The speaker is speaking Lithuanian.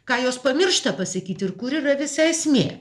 ką jos pamiršta pasakyti ir kur yra visa esmė